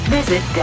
Visit